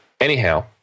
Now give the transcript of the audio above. anyhow